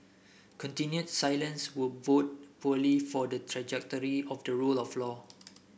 continued silence would bode poorly for the trajectory of the rule of law